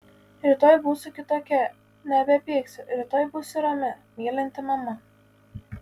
rytoj būsiu kitokia nebepyksiu rytoj būsiu rami mylinti mama